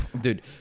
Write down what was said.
dude